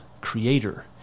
creator